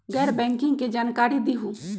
गैर बैंकिंग के जानकारी दिहूँ?